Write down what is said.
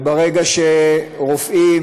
כשרופאים,